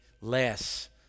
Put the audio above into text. less